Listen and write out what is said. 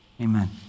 Amen